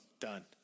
done